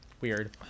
Weird